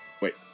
Wait